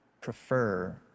Prefer